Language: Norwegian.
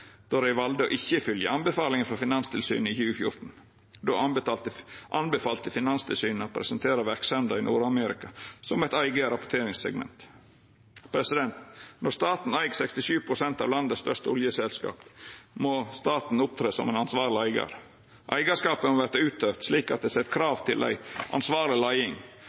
då dei valde å ikkje fylgja anbefalingane frå Finanstilsynet i 2014. Då anbefalte Finanstilsynet å presentera verksemda i Nord-Amerika som eit eige rapporteringssegment. Når staten eig 67 pst. av landets største oljeselskap, må staten opptre som ein ansvarleg eigar. Eigarskapen må verta utøvd slik at han sett krav til ei ansvarleg leiing.